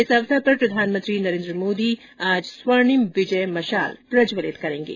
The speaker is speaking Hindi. इस अवसर पर प्रधानमंत्री नरेन्द्र मोदी आज स्वर्णिम विजय मशाल प्रज्वलित करेंगे